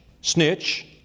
snitch